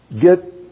Get